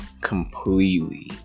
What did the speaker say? completely